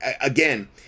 again